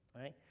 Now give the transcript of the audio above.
right